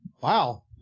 Wow